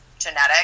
Genetic